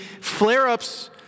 flare-ups